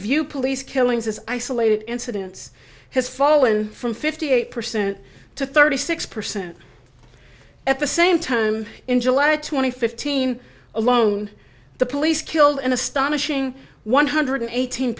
view police killings as isolated incidents has fallen from fifty eight percent to thirty six percent at the same time in july twenty fifteen alone the police killed an astonishing one hundred eighteen